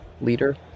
leader